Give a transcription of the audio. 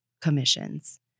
commissions